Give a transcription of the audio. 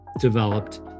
developed